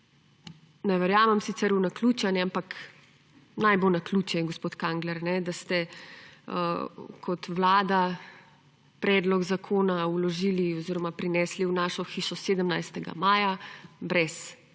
ne verjamem sicer v naključja, ampak naj bo naključje, gospod Kangler, da ste kot vlada predlog zakona vložili oziroma prinesli v našo hišo 17. maja brez